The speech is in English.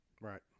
Right